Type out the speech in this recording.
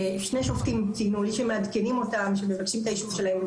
ושני שופטים ציינו שמעדכנים אותם ומבקשים את האישור שלהם.